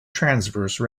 transverse